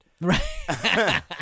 Right